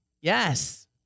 Yes